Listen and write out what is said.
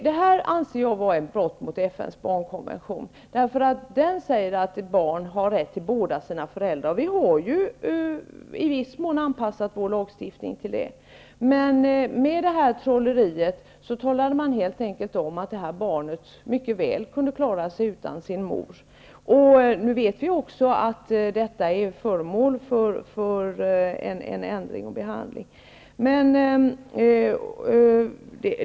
Det anser jag vara ett brott mot FN:s barnkonvention. Den säger att ett barn har rätt till båda sina föräldrar, och vi har ju i viss mån anpassat vår lagstifning till det. Med det här trolleriet talade man helt enkelt om att det här barnet mycket väl kunde klara sig utan sin mor. Detta är nu också föremål för behandling och kommer sannolikt att ändras.